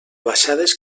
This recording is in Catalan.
baixades